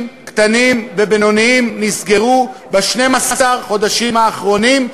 קטנים ובינוניים נסגרו ב-12 החודשים האחרונים,